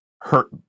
hurt